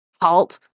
halt